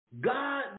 God